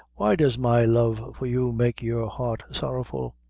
why does my love for you make your heart sorrowful?